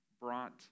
brought